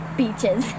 beaches